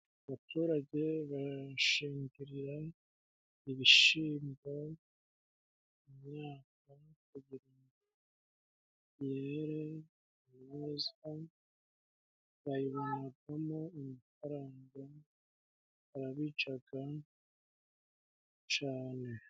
Abaturage bashengiriye ibishimbo, imyaka kugira ngo yere neza, bayibonagamo amafaranga, barabicaga cane.